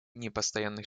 непостоянных